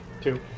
Two